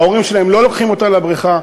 ההורים שלהם לא לוקחים אותם לבריכה,